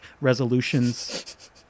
resolutions